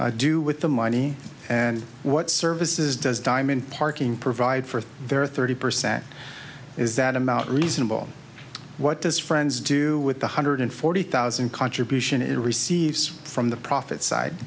kahlua do with the money and what services does diamond parking provide for their thirty percent is that amount reasonable what does friends do with the hundred forty thousand contribution it receives from the profit side